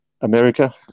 America